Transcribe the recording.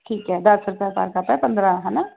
ਠੀਕ ਹੈ ਦਸ ਰੁਪਏ ਪਰ ਕੱਪ ਆ ਪੰਦਰਾਂ ਹੈ ਨਾ